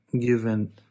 given